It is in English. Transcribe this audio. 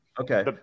Okay